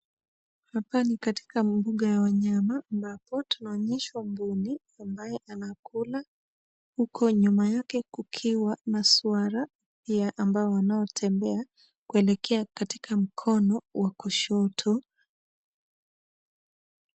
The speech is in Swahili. Hapa ni katika mbuga ya wanyama ambapo tunaonyeshwa mbuni ambaye anakula huku nyuma yake kukiwa na swara pia wanaotembea kuelekea katika mkono wa kushoto.